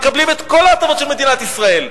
מקבלים את כל ההטבות של מדינת ישראל,